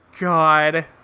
God